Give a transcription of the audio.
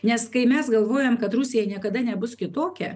nes kai mes galvojam kad rusija niekada nebus kitokia